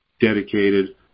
dedicated